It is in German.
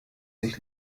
sich